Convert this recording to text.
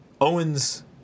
Owens